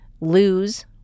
lose